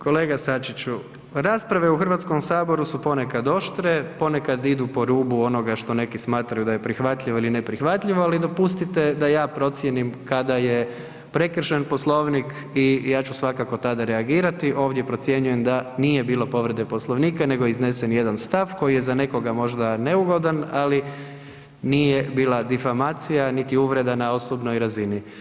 Kolega Sačiću, rasprave u Hrvatskom saboru su ponekad oštre, ponekad idu po rubu onoga što neki smatraju da je prihvatljivo ili neprihvatljivo, ali dopustite da ja procijenim kad je prekršen Poslovnik i ja ću svakako tada reagirati, ovdje procjenjujem da nije bilo povrede Poslovnika nego je iznesen jedan stav koji je za nekoga možda neugodan ali nije bila difamacija niti uvreda na osobnoj razini.